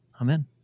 amen